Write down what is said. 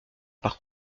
par